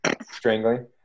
Strangling